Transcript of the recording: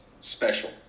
special